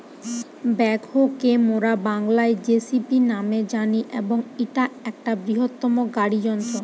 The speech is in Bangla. ব্যাকহো কে মোরা বাংলায় যেসিবি ন্যামে জানি এবং ইটা একটা বৃহত্তম গাড়ি যন্ত্র